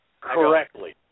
correctly